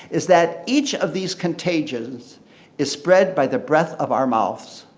is that each of these contagions is spread by the breath of our mouths.